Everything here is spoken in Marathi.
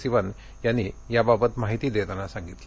सिवन यांनी याबाबतची माहिती देताना सांगितलं